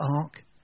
ark